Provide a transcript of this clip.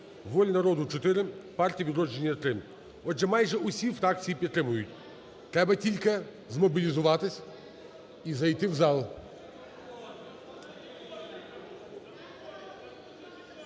"Воля народу" – 4, "Партія Відродження" – 3. Отже, майже усі фракції підтримують. Треба тільки змобілізуватись і зайти в зал.